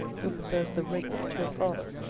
who prefers the rake to a father?